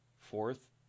fourth